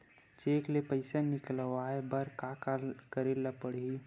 Cheque ले पईसा निकलवाय बर का का करे ल पड़हि?